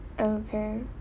okay